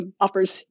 offers